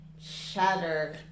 shatter